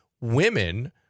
women